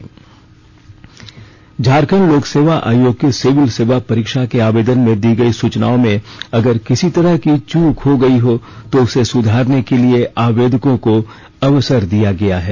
JPSC Jharkhand लोक सेवा आयोग की सिविल सेवा परीक्षा के आवेदन में दी गई सूचनाओं में अगर किसी तरह की चूक हो गई हो तो उसे सुधारने के लिए आवेदकों को अवसर दिया गया है